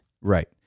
Right